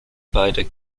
beider